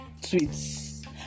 tweets